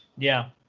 yeah.